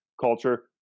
culture